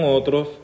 otros